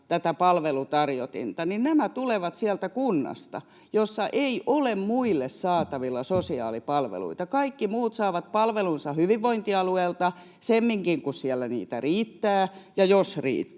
tämä palvelutarjotin, joita on nyt tässä laissa, tulevat sieltä kunnasta, jossa ei ole muille saatavilla sosiaalipalveluita. Kaikki muut saavat palvelunsa hyvinvointialueilta semminkin, kun siellä niitä riittää — ja jos riittää